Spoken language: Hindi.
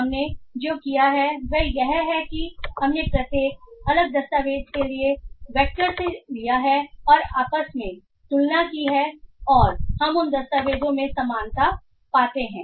हमने जो किया है वह यह है कि हमने प्रत्येक अलग दस्तावेज़ के लिए वैक्टर ले लिया है और आपस में तुलना की है और हम उन दस्तावेजों में समानता पाते हैं